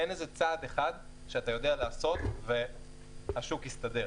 אין איזה צעד אחד שאתה יודע לעשות והשוק יסתדר.